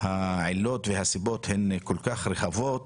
העילות והסיבות הן כל כך רחבות,